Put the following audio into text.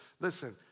Listen